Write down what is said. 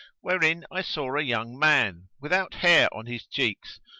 wherein i saw a young man, without hair on his cheeks,